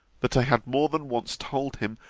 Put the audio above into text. that i had more than once told him,